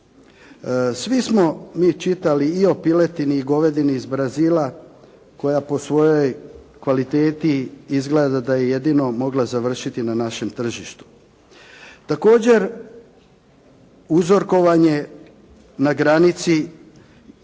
Svi smo mi čitali i o piletini i o govedini iz Brazila koja po svojoj kvaliteti izgleda da je jedino mogla završiti na našem tržištu. Također uzorkovanje na granici,